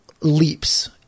leaps